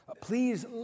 please